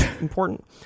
important